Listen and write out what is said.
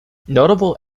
notable